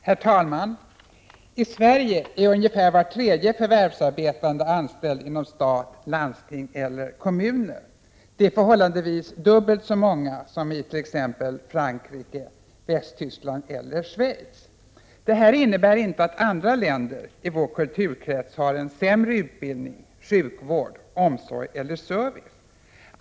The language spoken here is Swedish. Herr talman! I Sverige är ungefär var tredje förvärvsarbetande anställd inom stat, landsting eller kommuner. Det är förhållandevis dubbelt så många som i Frankrike, Västtyskland eller Schweiz. Detta innebär inte att andra länder i vår kulturkrets har en sämre " utbildning, sjukvård, omsorg eller service.